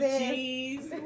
cheese